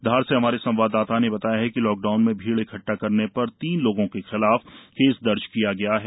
धार से हमारे संवाददाता ने बताया है कि लॉकडाउन में भीड़ इकट्ठा करने पर तीन लोगों के खिलाफ केस दर्ज किया गया है